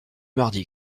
mardi